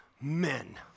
men